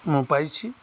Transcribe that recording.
ମୁଁ ପାଇଛି